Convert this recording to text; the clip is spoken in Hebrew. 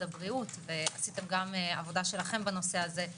הבריאות ועשיתם גם עבודה שלכם בנושא הזה.